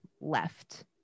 left